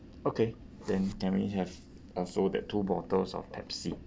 okay then can we have also that two bottles of pepsi